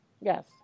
Yes